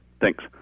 thanks